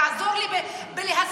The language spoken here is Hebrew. תעזור לי להסדיר.